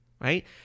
right